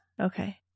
Okay